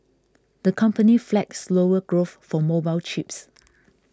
the company flagged slower growth for mobile chips